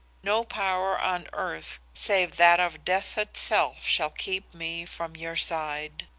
no power on earth save that of death itself, shall keep me from your side.